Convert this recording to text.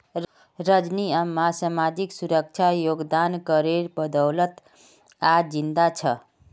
रजनी अम्मा सामाजिक सुरक्षा योगदान करेर बदौलत आइज जिंदा छ